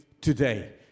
today